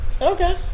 Okay